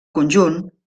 conjunt